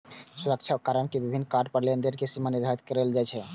सुरक्षा कारण सं विभिन्न कार्ड पर लेनदेन के सीमा निर्धारित कैल जाइ छै